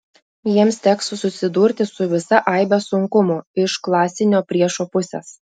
jiems teks susidurti su visa aibe sunkumų iš klasinio priešo pusės